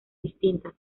distintas